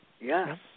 Yes